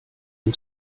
ihn